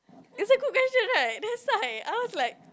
is it measure right that's why I was like